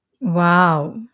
Wow